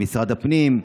עם משרד הפנים,